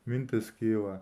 mintis kyla